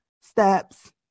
steps